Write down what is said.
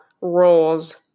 roles